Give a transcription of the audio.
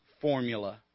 formula